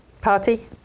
Party